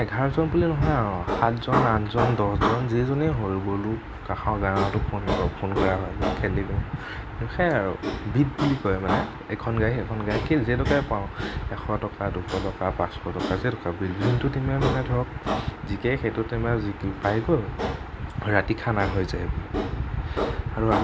মানে এঘাৰজন বুলি নহয় আৰু সাতজন আঠজন দহজন যিজনেই হ'ল গ'লো কাষৰ গাওঁতো ফোন কৰা হয় খেলিবলৈ সেয়াই আৰু বিট বুলি কয় মানে এখন গাওঁৱে সিখন গাওঁৱে যেই টকাই পাওঁ এশ টকা দুশ টকা পাঁচশ টকা যেইটকা যিটো টিমে ধৰক জিকে সেইটো টিমে জিকি পাই গ'ল ৰাতি খানা হৈ যায়